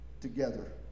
together